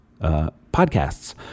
podcasts